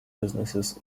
businesses